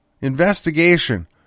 investigation